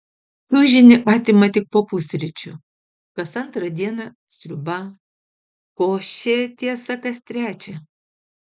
čiužinį atima tik po pusryčių kas antrą dieną sriuba košė tiesa kas trečią